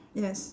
yes